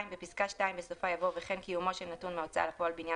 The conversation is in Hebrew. בפסקה (2) בסופה יבוא "וכן קיומו של נתון מההוצאה לפועל בעניין